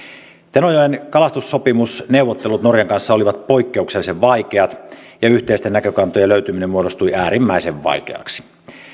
tenojoen kalastussopimusneuvottelut norjan kanssa olivat poikkeuksellisen vaikeat ja yhteisten näkökantojen löytyminen muodostui äärimmäisen vaikeaksi